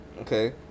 Okay